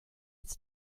its